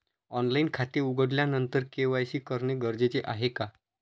Online खाते उघडल्यानंतर KYC करणे गरजेचे आहे का?